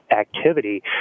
activity